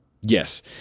Yes